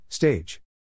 Stage